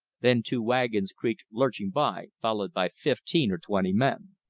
then two wagons creaked lurching by, followed by fifteen or twenty men.